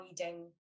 avoiding